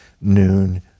noon